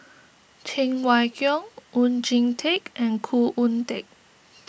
Cheng Wai Keung Oon Jin Teik and Khoo Oon Teik